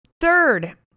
Third